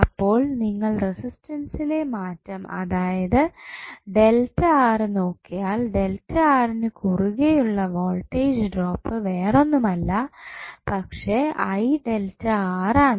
അപ്പോൾ നിങ്ങൾ റെസിസ്റ്റൻസിലെ മാറ്റം അതായത് നോക്കിയാൽ നു കുറുകെ ഉള്ള വോൾടേജ് ഡ്രോപ്പ് വേറൊന്നുമല്ല പക്ഷെ ആണ്